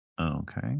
okay